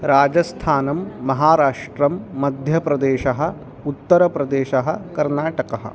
राजस्थानं महाराष्ट्रं मध्यप्रदेशः उत्तरप्रदेशः कर्नाटकः